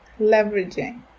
leveraging